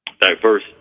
diverse